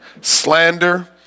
slander